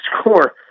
score